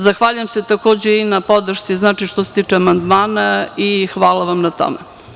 Zahvaljujem se, takođe, i na podršci, što se tiče amandmana, i hvala vam na tome.